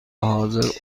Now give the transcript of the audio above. حاضر